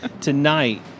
tonight